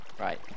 Right